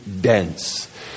dense